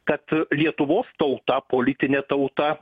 kad lietuvos tauta politinė tauta